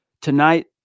Tonight